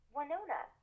Winona